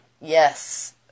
Yes